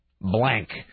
blank